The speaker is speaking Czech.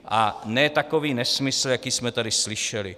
A ne takový nesmysl, jaký jsme tady slyšeli.